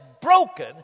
broken